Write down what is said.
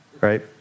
right